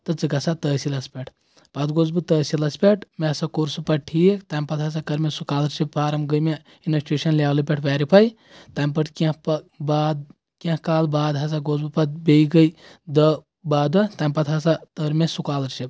تہٕ ژٕ گژھ سا تٲصیٖلَس پٮ۪ٹھ پَتہٕ گوس بہٕ تٲصیٖلَس پٮ۪ٹھ مےٚ ہسا کوٚر سُہ پَتہٕ ٹھیٖک تَمہِ پَتہٕ ہسا کٔر مےٚ سکالرشِپ فارم گٔیے مےٚ انسٹیوٗشن لیولہٕ پٮ۪ٹھ ویرفاے تَمہِ پَتہٕ کیٚنٛہہ باد کینٛہہ کال باد ہسا گوس بہٕ پَتہٕ بیٚیہِ گٔیہِ دہ بہہ دۄہ تمہِ پَتہٕ ہسا تٔر مےٚ سکالرشِپ